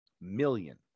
million